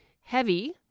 heavy